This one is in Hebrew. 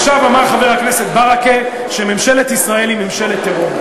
עכשיו אמר חבר הכנסת ברכה שממשלת ישראל היא ממשלת טרור.